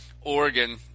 Oregon –